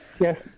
Yes